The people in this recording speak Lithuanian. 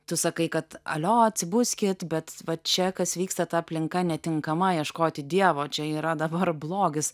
tu sakai kad alio atsibuskit bet va čia kas vyksta ta aplinka netinkama ieškoti dievo čia yra dabar blogis